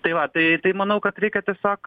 tai va tai tai manau kad reikia tiesiog